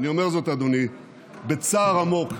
בצער עמוק,